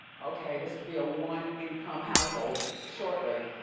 okay, this could be a one income household shortly.